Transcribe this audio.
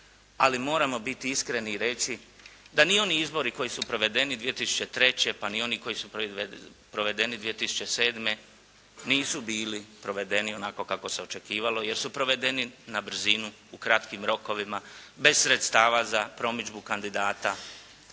ali moramo biti iskreni i reći da ni oni izbori koji su provedeni 2003., pa ni oni koji su provedeni 2007. nisu bili provedeni onako kako se očekivalo jer su provedeni na brzinu u kratkim rokovima bez sredstava za promidžbu kandidata,